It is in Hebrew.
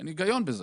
אין היגיון בזה.